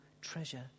treasure